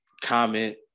comment